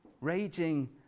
Raging